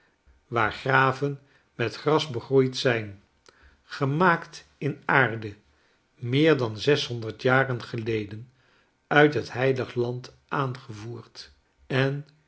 waar graven met gras begroeid zijn gemaakt in aarde meer dan zeshonderd jaren geleden uit het heilige land aangevoerd en